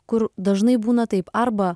kur dažnai būna taip arba